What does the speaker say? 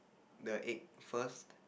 the egg first